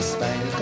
Spain